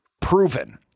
proven